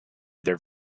their